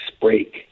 break